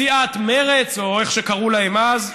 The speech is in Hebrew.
סיעת מרצ, או איך שקראו להם אז,